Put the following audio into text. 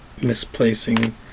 misplacing